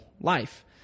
life